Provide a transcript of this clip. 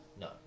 No